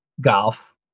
golf